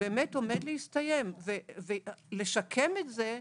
באמת עומד להסתיים ולשקם את זה,